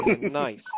nice